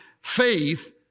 faith